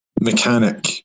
mechanic